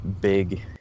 big